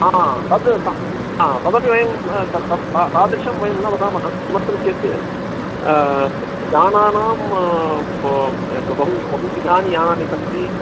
तत् तदपि वयं तादृशं वयं न वदामः किमर्थं चेत् यानानां बहु बहु विधानि यानानि सन्ति